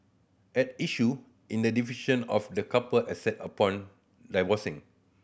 at issue in the division of the couple asset upon divorcing